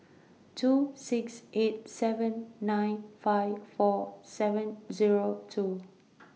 two six eight seven nine five four seven Zero two